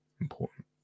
important